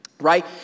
right